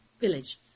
village